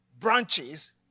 Branches